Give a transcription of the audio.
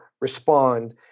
respond